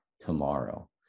tomorrow